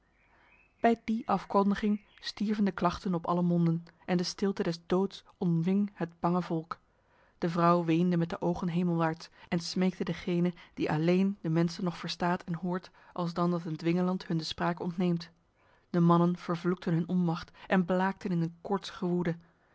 bij die afkondiging stierven de klachten op alle monden en de stilte des doods omving het bange volk de vrouw weende met de ogen hemelwaarts en smeekte degene die alleen de mensen nog verstaat en hoort alsdan dat een dwingeland hun de spraak ontneemt de mannen vervloekten hun onmacht en blaakten in een